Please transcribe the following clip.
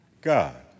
God